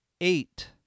eight